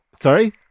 Sorry